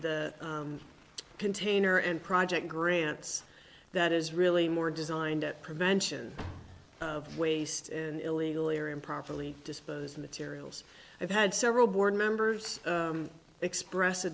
the container and project grants that is really more designed at prevention of waste and illegally or improperly disposed materials i've had several board members express a